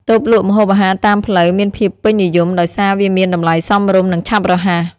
តូបលក់ម្ហូបអាហារតាមផ្លូវមានភាពពេញនិយមដោយសារវាមានតម្លៃសមរម្យ និងឆាប់រហ័ស។